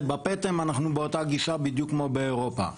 בפטם אנחנו באותה גישה בדיוק כמו באירופה,